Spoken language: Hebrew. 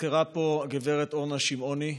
הוזכרה פה הגב' אורנה שמעוני.